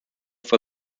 for